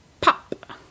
pop